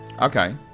okay